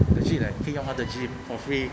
legit leh 可以用他的 gym for free